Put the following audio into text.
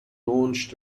launched